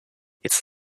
its